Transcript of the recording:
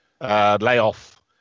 layoff